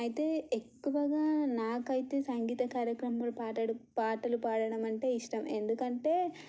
అయితే ఎక్కువగా నాకు అయితే సంగీత కార్యక్రమంలో పాటలు పాటలు పాడటం అంటే ఇష్టం ఎందుకంటే